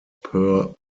per